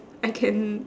I can